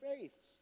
faiths